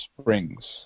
Springs